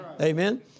Amen